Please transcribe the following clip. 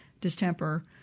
distemper